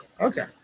Okay